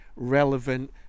Relevant